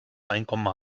einkommen